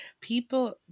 people